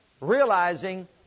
realizing